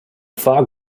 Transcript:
fog